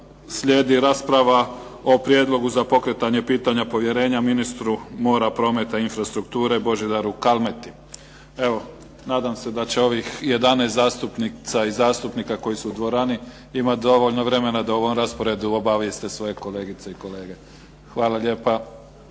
slijedi rasprava o Prijedlogu za pokretanje pitanja povjerenja ministru mora, prometa i infrastrukture Božidaru Kalmeti. Evo nadam se da će ovih 11 zastupnica i zastupnika koji su u dvorani imati dovoljno vremena da o ovom rasporedu obavijeste svoje kolegice i kolege. Hvala lijepa.